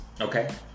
Okay